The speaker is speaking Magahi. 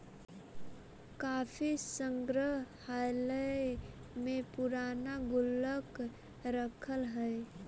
काफी संग्रहालय में पूराना गुल्लक रखल हइ